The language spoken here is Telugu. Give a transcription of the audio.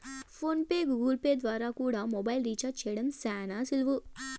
ఫోన్ పే, గూగుల్పే ద్వారా కూడా మొబైల్ రీచార్జ్ చేయడం శానా సులువు